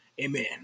Amen